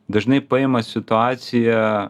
dažnai paima situaciją